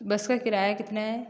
बस का किराया कितना है